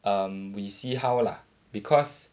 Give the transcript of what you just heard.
um we see how lah because